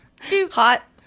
Hot